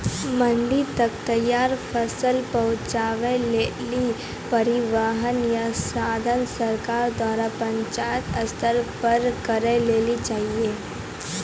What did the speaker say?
मंडी तक तैयार फसलक पहुँचावे के लेल परिवहनक या साधन सरकार द्वारा पंचायत स्तर पर करै लेली चाही?